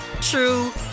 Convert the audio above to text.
true